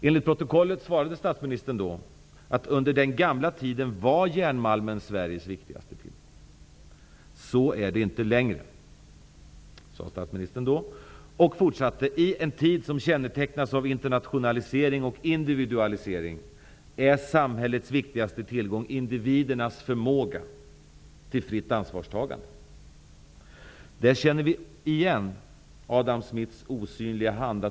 Enligt protokollet svarade statsministern då att under den gamla tiden var järnmalmen Sveriges viktigaste tillgång. Så är det inte längre, sade statsministern då. Han fortsatte: I en tid som kännetecknas av internationalisering och individualisering är samhällets viktigaste tillgång individernas förmåga till fritt ansvarstagande. Där känner vi igen Adam Smiths osynliga hand.